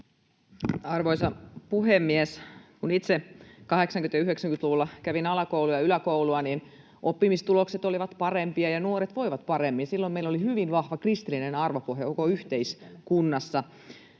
Arvoisa puhemies! Kun itse 80- ja 90-luvulla kävin alakoulua ja yläkoulua, niin oppimistulokset olivat parempia ja nuoret voivat paremmin. Silloin meillä oli hyvin vahva kristillinen arvopohja koko yhteiskunnassa.